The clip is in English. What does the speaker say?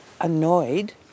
annoyed